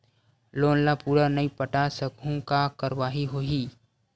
Loan ला पूरा नई पटा सकहुं का कारवाही होही?